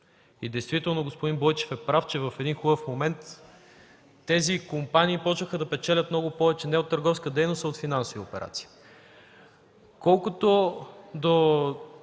въведе! Да, господин Бойчев е прав, в един хубав момент тези компании започнаха да печелят много повече не от търговска дейност, а от финансови операции.